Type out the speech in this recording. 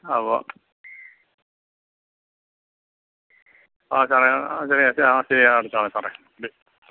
ആ ഉവ്വ ആ സാറെ ശരി ശരി ആ ശരി ഞാൻ അടച്ചോളാം സാറെ ഡീൽ